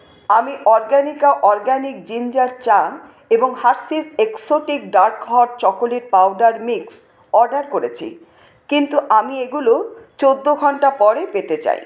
আমি Organica organic ginger চা এবং Hershey's exotic dark hot chocolate powder mix order করেছি কিন্তু আমি এগুলো চোদ্দো ঘন্টা পরে পেতে চাই